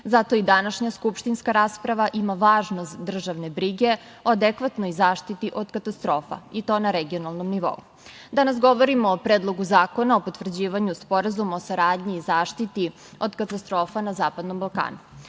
i današnja skupštinska rasprava ima važnost državne brige o adekvatnoj zaštiti od katastrofa, i to na regionalnom nivou. Danas govorimo o Predlogu zakona o potvrđivanju Sporazuma o saradnji i zaštiti od katastrofa na Zapadnom Balkanu.